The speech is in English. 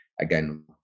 again